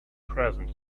present